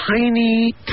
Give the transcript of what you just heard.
tiny